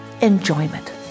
enjoyment